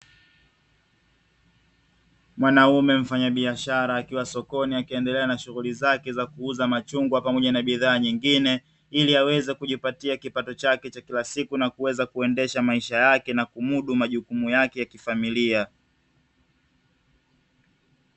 Mwanaume mfanyabiashara akiwa sokoni, akiendelea na shughuli zake za kuuza machungwa pamoja na bidhaa zingine ili aweze kujipatia kipato chake cha kila siku na kuweza kuendesha maisha yake na kumudu majukumu yake ya kifamilia.